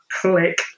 Click